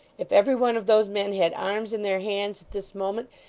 if every one of those men had arms in their hands at this moment,